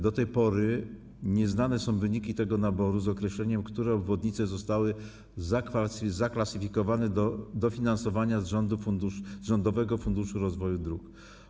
Do tej pory nieznane są wyniki tego naboru z określeniem, które obwodnice zostały zakwalifikowane do dofinansowania z Rządowego Funduszu Rozwoju Dróg.